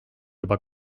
juba